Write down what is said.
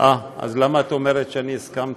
אז למה את אומרת שאני הסכמתי?